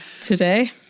today